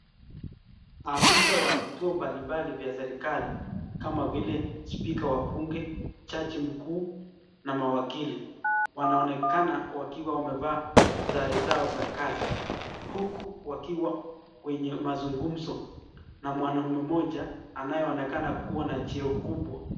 Maafisa wa vituo mbalimbali vya serikali kama vile spika wa bunge, jaji mkuu na mawakili wanaonekana wakiwa wamevaa sare zao za kazi huku wakiwa kwenye mazungumzo na mwanamume mmoja anayeonekana kuwa na cheo kubwa.